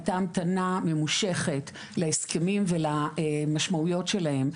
הייתה המתנה ממושכת להסכמים ולמשמעיות שלהם,